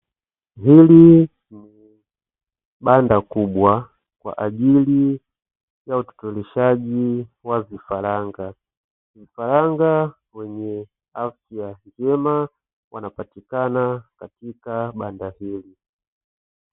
Hili ni banda kubwa kwa ajili ya utotoleshaji wa vifaranga, vifaranga wenye afya njema wanapatikana katika banda hili.